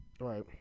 right